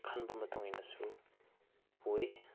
ꯈꯟꯕ ꯃꯇꯨꯡ ꯏꯟꯅꯁꯨ ꯄꯨꯏ